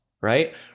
right